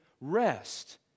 rest